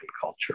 culture